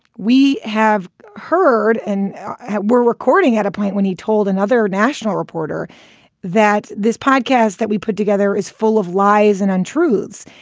we have heard and we're recording at a point when he told another national reporter that this podcast that we put together is full of lies and untruths.